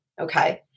Okay